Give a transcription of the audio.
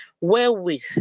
wherewith